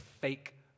fake